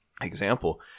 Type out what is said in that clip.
example